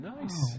Nice